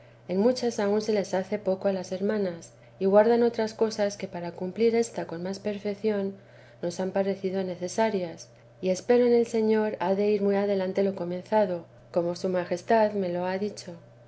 en muchas aun se les hace poco a las hermanas y guardan otras cosas que para cumplir ésta con más períeción nos han parecido necesarias y espero en el señor ha de ir muy adelante lo comenzado como su majestad me lo ha dicho